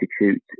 institute